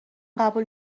قبول